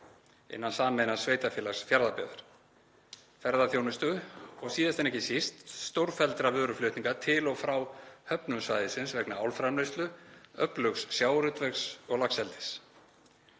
innan sameinaðs sveitarfélags, Fjarðabyggðar, ferðaþjónustu og síðast en ekki síst stórfelldra vöruflutninga til og frá höfnum svæðisins vegna álframleiðslu, öflugs sjávarútvegs og laxeldis.